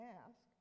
ask